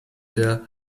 der